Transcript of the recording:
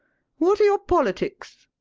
what are your politics?